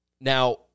Now